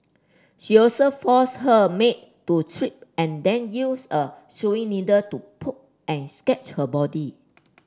she also forced her maid to strip and then used a sewing needle to poke and sketch her body